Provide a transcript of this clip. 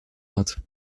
hat